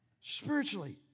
spiritually